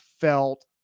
felt